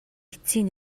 эцсийн